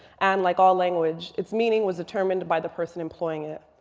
and like all language, its meaning was determined by the person employing it.